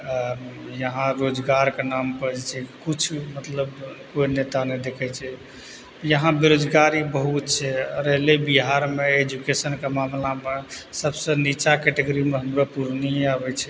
यहाँ रोजगारके नाम पर जे छै किछु मतलब कोइ नेता नहि देखै छै यहाँ बेरोजगारी बहुत छै रहलै बिहारमे एजुकेशनके मामलामे सब से निच्चा कैटेगरीमे हमरो पूर्णियेँ आबै छै